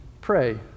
pray